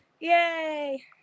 Yay